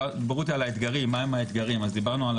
דיברו איתי על האתגרים, מהם האתגרים, אז דיברנו על